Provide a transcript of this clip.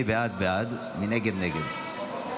מי בעד, בעד, מי נגד, נגד.